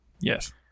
Yes